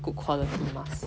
good quality mask